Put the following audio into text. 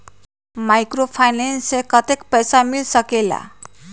Microfinance से कतेक पैसा मिल सकले ला?